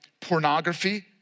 pornography